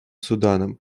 суданом